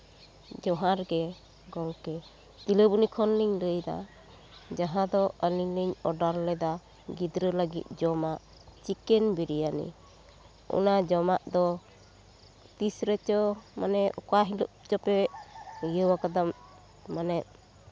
ᱡᱚᱦᱟᱨ ᱜᱮ ᱜᱚᱢᱠᱮ ᱛᱤᱞᱟᱹᱵᱚᱱᱤ ᱠᱷᱚᱱ ᱞᱤᱧ ᱞᱟᱹᱭᱮᱫᱟ ᱡᱟᱦᱟᱸ ᱫᱚ ᱟᱹᱞᱤᱧ ᱞᱤᱧ ᱚᱰᱟᱨ ᱞᱮᱫᱟ ᱜᱤᱫᱽᱨᱟᱹ ᱞᱟᱹᱜᱤᱫ ᱡᱚᱢᱟᱜ ᱪᱤᱠᱮᱱ ᱵᱤᱨᱭᱟᱱᱤ ᱚᱱᱟ ᱡᱚᱢᱟᱜ ᱫᱚ ᱛᱤᱥ ᱨᱮᱪᱚ ᱢᱟᱱᱮ ᱚᱠᱟ ᱦᱤᱞᱟᱹᱜ ᱪᱚᱯᱮ ᱤᱭᱟᱹᱣ ᱠᱟᱫᱟ ᱢᱟᱱᱮ